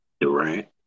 Durant